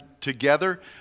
together